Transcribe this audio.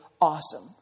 awesome